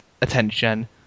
attention